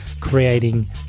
creating